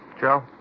Joe